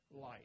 light